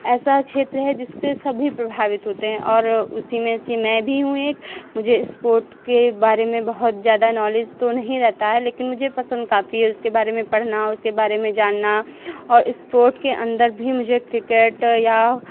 ऐसा क्षेत्र है जिससे सभी प्रभावित होते हैं और उसी में से मैं भी हूँ एक मुझे स्पोर्ट के बारे में बहुत ज़्यादा नॉलेज तो नहीं रहता है लेकिन मुझे पसंद काफ़ी है उसके बारे में पढ़ना उसके बारे में जानना और स्पोर्ट के अंदर भी मुझे क्रिकेट या